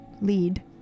lead